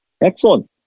Excellent